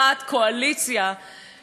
שתכף תצביע בעד,